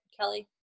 Kelly